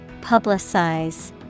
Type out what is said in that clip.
Publicize